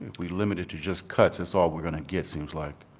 we limit it to just cuts is all we're going to get seems like.